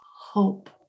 hope